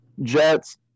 Jets